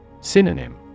Synonym